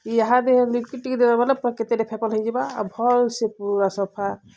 ଇହାଦେ ଲିକୁଇଡ୍ ଟିକେ ଦେବ ବେଲେ ପୂରା କେତେଟେ ଫେପଲ୍ ହେଇଯିବା ଆଉ ଭଲ୍ସେ ପୂରା ସଫା